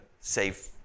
safe